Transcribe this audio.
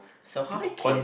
so hi kids